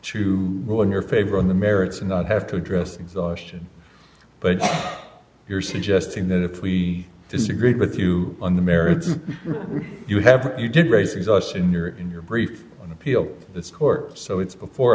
to rule in your favor on the merits and not have to address exhaustion but you're suggesting that if we disagreed with you on the merits you have you did raise us in your in your brief on appeal this court so it's before